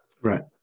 Right